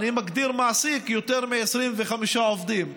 אני מגדיר מעסיק של יותר מ-25 עובדים,